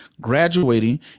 graduating